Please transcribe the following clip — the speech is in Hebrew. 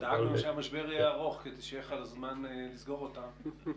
דאגנו שהמשבר יהיה ארוך כדי שיהיה לך זמן לסגור את הפערים...